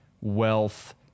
wealth